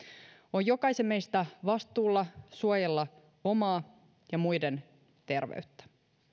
on jokaisen meistä vastuulla suojella omaa ja muiden terveyttä